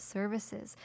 Services